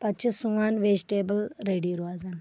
پَتہٕ چُھ سون وجٹیبٕل ریٚڈی روزان